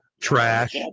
Trash